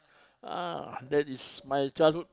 ah that is my childhood